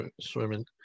swimming